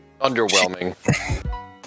Underwhelming